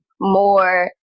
more